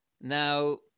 Now